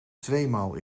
tweemaal